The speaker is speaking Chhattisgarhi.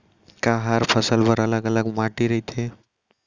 का हर फसल बर अलग अलग माटी रहिथे?